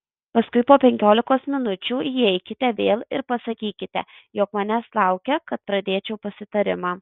paskui po penkiolikos minučių įeikite vėl ir pasakykite jog manęs laukia kad pradėčiau pasitarimą